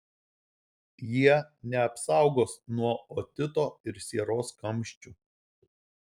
jie neapsaugos nuo otito ir sieros kamščių